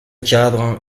cadre